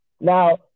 Now